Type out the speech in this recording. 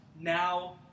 now